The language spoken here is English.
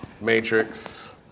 Matrix